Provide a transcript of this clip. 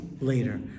later